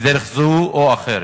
בדרך זו או אחרת.